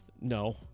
no